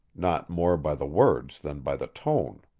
not more by the words than by the tone.